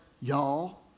y'all